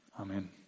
Amen